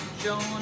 Joan